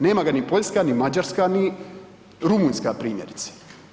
Nema ga ni Poljska, ni Mađarska, ni Rumunjska primjerice.